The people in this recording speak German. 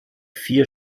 vier